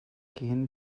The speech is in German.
gehen